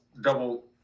double